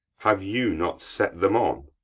have you not set them on?